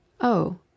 Oh